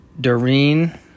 Doreen